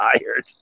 tired